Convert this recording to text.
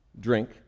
drink